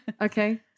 okay